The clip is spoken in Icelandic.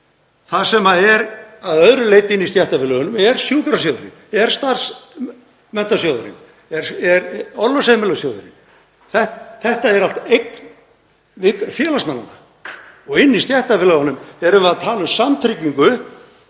Það sem er að öðru leyti inni í stéttarfélögunum er sjúkrasjóðurinn, er starfsmenntasjóðurinn, er orlofsheimilasjóðurinn. Þetta er allt eign félagsmannanna. Í stéttarfélögunum erum við að tala um samtryggingu.